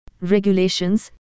regulations